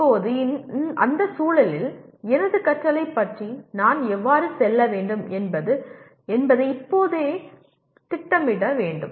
இப்போது அந்த சூழலில் எனது கற்றலைப் பற்றி நான் எவ்வாறு செல்ல வேண்டும் என்பதை இப்போது திட்டமிட வேண்டும்